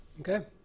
Okay